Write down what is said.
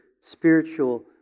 spiritual